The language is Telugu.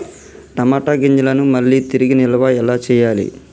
టమాట గింజలను మళ్ళీ తిరిగి నిల్వ ఎలా చేయాలి?